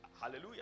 Hallelujah